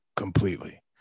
completely